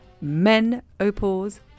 menopause